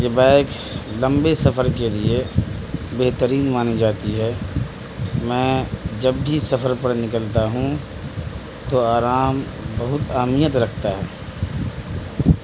یہ بائک لمبے سفر کے لیے بہترین مانی جاتی ہے میں جب بھی سفر پر نکلتا ہوں تو آرام بہت اہمیت رکھتا ہے